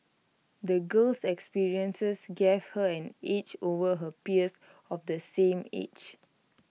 the girl's experiences gave her an edge over her peers of the same age